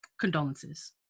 condolences